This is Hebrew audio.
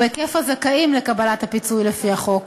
היקף הזכאים לקבלת הפיצוי לפי החוק.